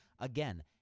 Again